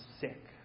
sick